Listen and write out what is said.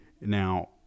Now